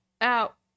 out